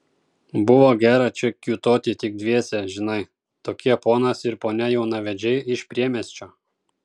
buvo gera čia kiūtoti tik dviese žinai tokie ponas ir ponia jaunavedžiai iš priemiesčio